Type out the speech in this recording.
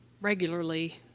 regularly